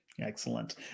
Excellent